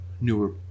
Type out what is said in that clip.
newer